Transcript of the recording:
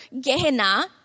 Gehenna